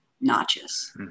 notches